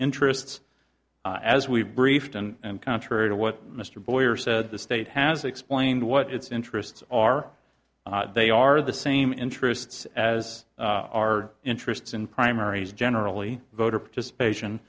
interests as we've briefed and contrary to what mr boyer said the state has explained what its interests are they are the same interests as our interests in primaries generally voter participation